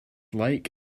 like